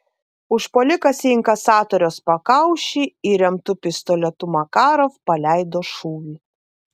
užpuolikas į inkasatoriaus pakaušį įremtu pistoletu makarov paleido šūvį